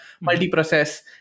multi-process